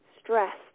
stressed